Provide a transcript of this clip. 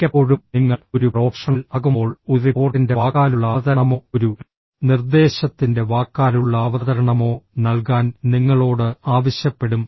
മിക്കപ്പോഴും നിങ്ങൾ ഒരു പ്രൊഫഷണൽ ആകുമ്പോൾ ഒരു റിപ്പോർട്ടിന്റെ വാക്കാലുള്ള അവതരണമോ ഒരു നിർദ്ദേശത്തിന്റെ വാക്കാലുള്ള അവതരണമോ നൽകാൻ നിങ്ങളോട് ആവശ്യപ്പെടും